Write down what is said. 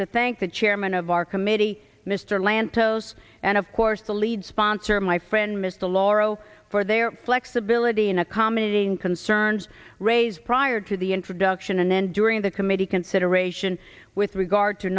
to thank the chairman of our committee mr lantos and of course the lead sponsor my friend mr lauro for their flexibility in accommodating concerns raised prior to the introduction and then during the committee consideration with regard to